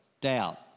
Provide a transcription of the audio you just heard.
doubt